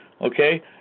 Okay